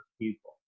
people